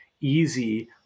easy